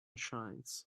shines